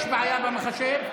יש בעיה במחשב?